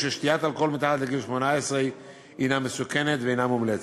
הוא ששתיית אלכוהול מתחת לגיל 18 היא מסוכנת ואינה מומלצת.